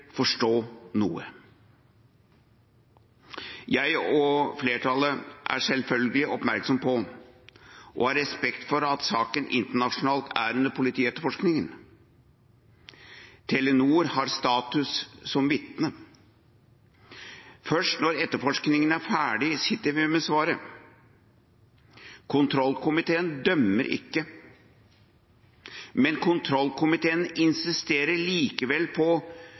forstå noe? Jeg og flertallet er selvfølgelig oppmerksom på og har respekt for at saken internasjonalt er under politietterforskning. Telenor har status som vitne. Først når etterforskningen er ferdig, sitter vi med svaret. Kontrollkomiteen dømmer ikke, men kontrollkomiteen insisterer likevel på